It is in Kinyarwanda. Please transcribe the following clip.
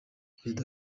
perezida